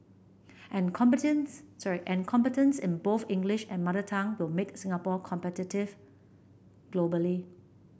and competence sorry and competence in both English and mother tongue will make Singapore competitive globally